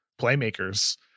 playmakers